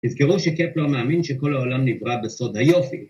תזכרו שקפלר מאמין שכל העולם נברא בסוד היופי.